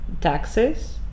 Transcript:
taxes